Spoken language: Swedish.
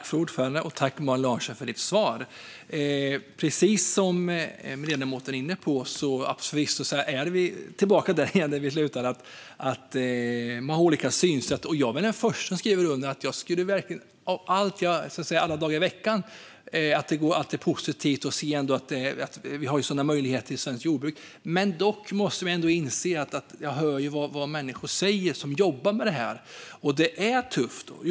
Fru talman! Tack, Malin Larsson, för ditt svar! Precis som ledamoten är inne på - nu är vi tillbaka där vi slutade - har vi olika synsätt. Jag skulle verkligen vilja att jag alla dagar i veckan kunde säga att det är positivt och att svenskt jordbruk har sådana möjligheter. Dock hör jag vad människor som jobbar med det här säger, och det är att det är tufft.